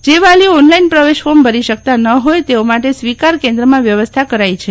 જે વાલીઓ online પ્રવેશ ફોર્મ ભરી શકતા ન ફોય તેઓ માટે સ્વીકાર કેન્દ્રમાં વ્યવસ્થા કરાઈ છે